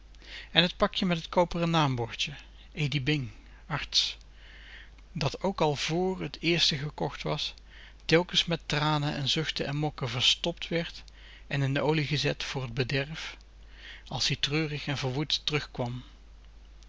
en het pakje met het koperen naambordje e d i b i n g a r t s dat ook al vr het éérste gekocht was telkens met tranen en zuchten en mokken v e r s t o p t werd en in de olie gezet voor het bederf als-ie treurig en verwoed